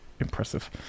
impressive